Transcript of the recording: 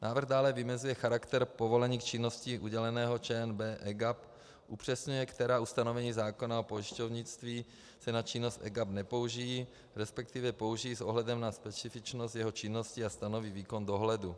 Návrh dále vymezuje charakter povolených činností uděleného ČNB EGAP, upřesňuje, která ustanovení zákona o pojišťovnictví se na činnost EGAP nepoužijí, resp. použijí s ohledem na specifičnost jeho činnosti a stanoví výkon dohledu.